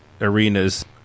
arenas